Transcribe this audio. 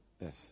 Yes